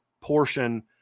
portion